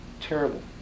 terrible